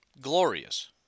glorious